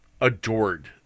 adored